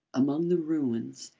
among the ruins,